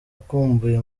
akumbuye